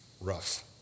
Rough